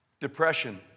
Depression